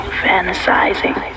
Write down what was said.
fantasizing